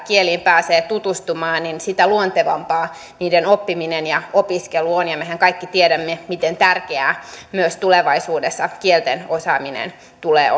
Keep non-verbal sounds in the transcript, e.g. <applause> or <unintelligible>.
kieliin pääsee tutustumaan sitä luontevampaa niiden oppiminen ja opiskelu on ja mehän kaikki tiedämme miten tärkeää myös tulevaisuudessa kielten osaaminen tulee <unintelligible>